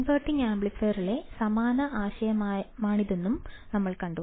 inverting ആംപ്ലിഫയറിലെ സമാന ആശയമാണിതെന്നും നമ്മൾ കണ്ടു